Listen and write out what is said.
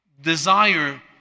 desire